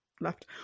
left